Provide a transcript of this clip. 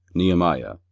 nehemiah,